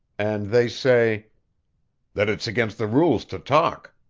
and they say that it's against the rules to talk.